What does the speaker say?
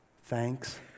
thanks